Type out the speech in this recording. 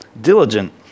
diligent